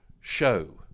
show